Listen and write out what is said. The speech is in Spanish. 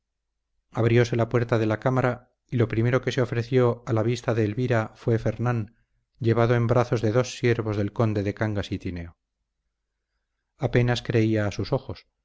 abrióse la puerta de la cámara y lo primero que se ofreció a la vista de elvira fue fernán llevado en brazos de dos siervos del conde de cangas y tineo apenas creía a sus ojos